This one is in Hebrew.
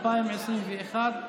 התשפ"ב 2021,